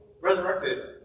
resurrected